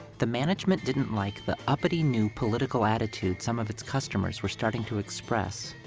the management didn't like the uppity new political attitude some of its customers were starting to express,